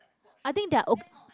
i think there are ok~